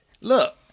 Look